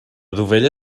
dovella